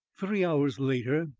three hours later,